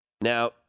Now